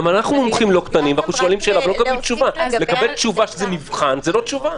לקבל תשובה שזה נבחן, זה לא תשובה.